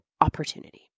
opportunity